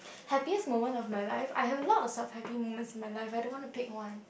happiest moment of my life I have lots of some happiest moment in my life leh I don't want to pick one